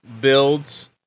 builds